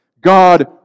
God